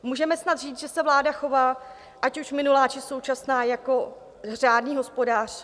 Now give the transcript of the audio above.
Můžeme snad říct, že se vláda chová, ať už minulá, či současná, jako řádný hospodář?